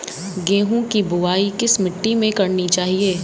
गेहूँ की बुवाई किस मिट्टी में करनी चाहिए?